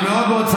זה צריך,